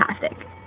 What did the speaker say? fantastic